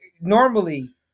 normally